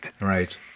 Right